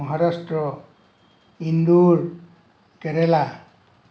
Maharashtra Indore Kerala